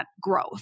growth